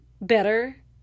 better